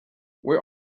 where